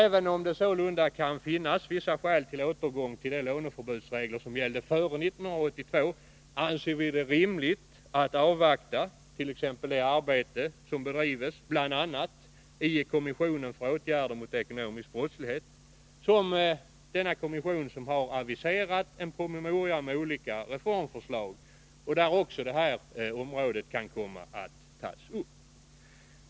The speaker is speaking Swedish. Även om det sålunda kan finnas vissa skäl för återgång till de låneförbudsregler som gällde före 1982, anser vi det rimligt att avvakta t.ex. det arbete som bedrivs av kommissionen för åtgärder mot ekonomisk brottslighet, som har aviserat en promemoria med olika reformförslag där också det här området kan komma att tas upp.